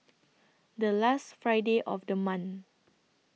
The last Friday of The month